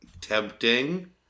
Tempting